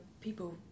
people